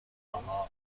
آهان